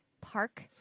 park